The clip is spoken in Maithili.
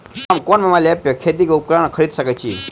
हम केँ मोबाइल ऐप सँ खेती केँ उपकरण खरीदै सकैत छी?